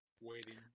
waiting